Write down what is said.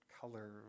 color